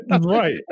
Right